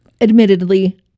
admittedly